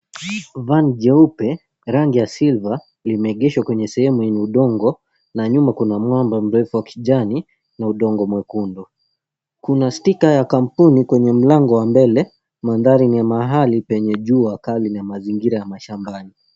Van jeupe, rangi ya silver , limeegeshwa kwenye sehemu yenye udongo na nyuma kuna mwamba mrefu wa kijani na udongo mwekundu. Kuna stika ya kampuni kwenye mlango wa mbele. Mandhari ni mahali penye jua kali na mazingira ya mashambani.